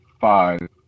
five